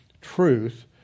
truth